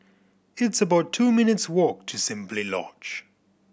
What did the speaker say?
it's about two minutes' walk to Simply Lodge